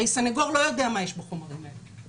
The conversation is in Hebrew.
הרי סנגור לא יודע מה יש בחומרים האלה.